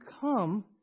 come